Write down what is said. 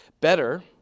Better